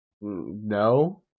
no